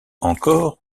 encore